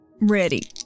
Ready